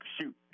shoot